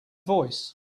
voice